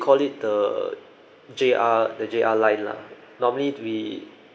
call it the J_R the J_R line lah normally we